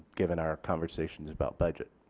given our conversations about budget.